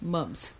Mums